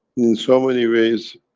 in so many ways,